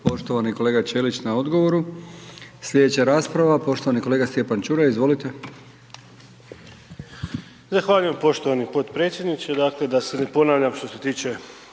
…poštovani kolega Ćelić na odgovoru. Slijedeća rasprava poštovani kolega Stjepan Čuraj, izvolite. **Čuraj, Stjepan (HNS)** Zahvaljujem poštovani potpredsjedniče. Dakle, da se ne ponavljam što se tiče